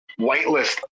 whitelist